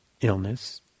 illness